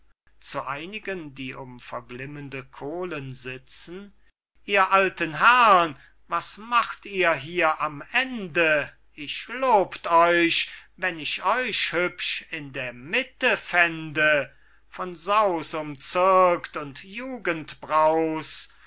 zu einigen die um verglimmende kohlen sitzen ihr alten herrn was macht ihr hier am ende ich lobt euch wenn ich euch hübsch in der mitte fände von saus umzirkt und